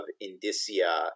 indicia